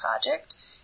project